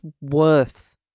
worth